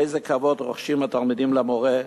איזה כבוד רוחשים התלמידים למורה,